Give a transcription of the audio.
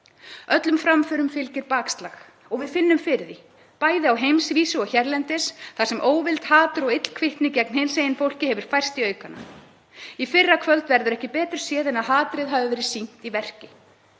Öllum framförum fylgir bakslag og við finnum fyrir því, bæði á heimsvísu og hérlendis þar sem óvild, hatur og illkvittni gegn hinsegin fólki hefur færst í aukana. Í fyrrakvöld verður ekki betur séð en að hatrið hafi verið sýnt í verki.